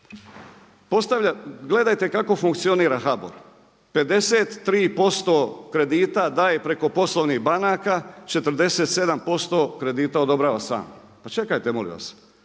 gledajte kako funkcionira HBOR? 53% kredita daje preko poslovnih banaka, 47% kredita odobrava sam. Pa čekajte molim vas!